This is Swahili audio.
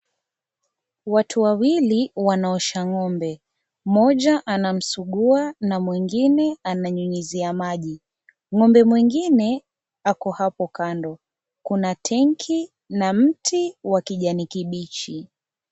Watu wawili wanaosha ng'ombe. Mmoja anamsugua na mwingine ananyunyizia maji. Ng'ombe mwingine ako hapo kando. Kuna tenki na mti wa kijani kibichi.